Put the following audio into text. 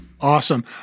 Awesome